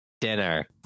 dinner